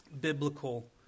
Biblical